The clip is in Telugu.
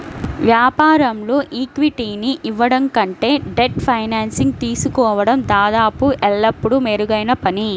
వ్యాపారంలో ఈక్విటీని ఇవ్వడం కంటే డెట్ ఫైనాన్సింగ్ తీసుకోవడం దాదాపు ఎల్లప్పుడూ మెరుగైన పని